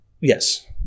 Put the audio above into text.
Yes